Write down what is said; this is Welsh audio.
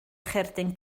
cherdyn